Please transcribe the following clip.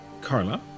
Carla